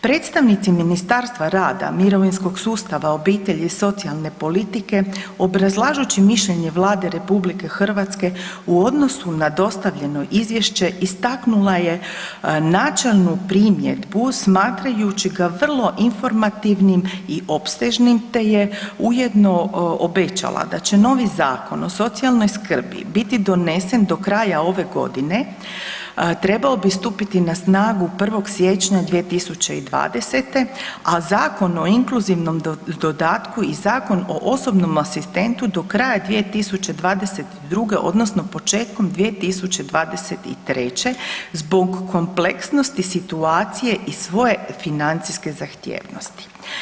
Predstavnici Ministarstva rada, mirovinskog sustava, obitelji i socijalne politike obrazlažući mišljenje Vlade RH u odnosu na dostavljeno izvješće istaknula je načelnu primjedbu smatrajući ga vrlo informativnim i opsežnim te je ujedno obećala da će novi Zakon o socijalnoj skrbi biti donesen do kraja ove godine, trebao bi stupiti na snagu 1. siječnja 2020., a Zakon o inkluzivnom dodatku i Zakon o osobnom asistentu do kraja 2022. odnosno početkom 2023. zbog kompleksnosti situacije i svoje financijske zahtjevnosti.